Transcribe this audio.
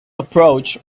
approach